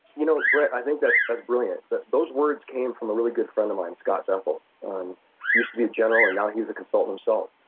you know, brett, i think that's that's brilliant. but those words came from a really good friend of mine, scott bethel. he used to be a general. and now he's a consultant himself.